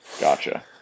Gotcha